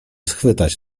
schwytać